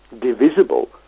divisible